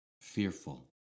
fearful